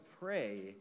pray